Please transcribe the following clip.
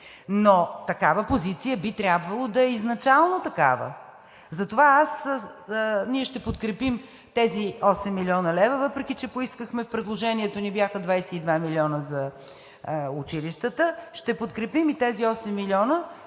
а такава позиция би трябвало изначално да е такава. Затова ние ще подкрепим тези 8 млн. лв., въпреки че поискахме, в предложението ни бяха 22 милиона за училищата. Ще подкрепим и тези 8 милиона,